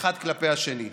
אחד כלפי השני,